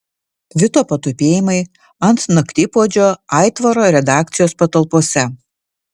vito patupėjimai ant naktipuodžio aitvaro redakcijos patalpose